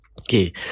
Okay